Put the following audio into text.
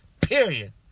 period